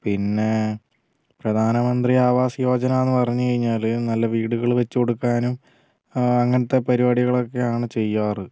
പിന്നെ പ്രധാനമന്ത്രി ആവാസ് യോജനയെന്നു പറഞ്ഞു കഴിഞ്ഞാൽ നല്ല വീടുകൾ വച്ചു കൊടുക്കാനും അങ്ങനത്തെ പരുപാടികളൊക്കെയാണ് ചെയ്യാറ്